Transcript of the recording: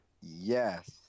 Yes